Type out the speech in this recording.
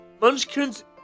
Munchkins